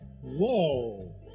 Whoa